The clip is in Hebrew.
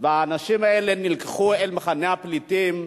והאנשים האלה נלקחו אל מחנה פליטים אחר,